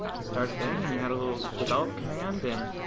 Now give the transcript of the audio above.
start a thing, and you had a little develop command and,